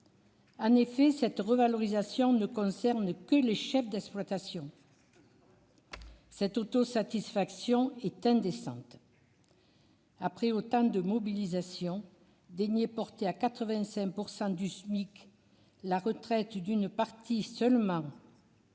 En effet, cette revalorisation ne concerne que les chefs d'exploitation. Cette autosatisfaction est indécente. Après autant de mobilisation, daigner porter à 85 % du SMIC la retraite d'une partie seulement